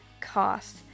cost